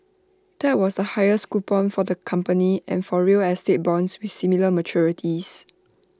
that was the highest coupon for the company and for real estate bonds with similar maturities